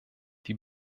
die